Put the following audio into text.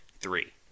three